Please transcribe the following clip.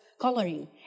coloring